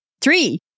Three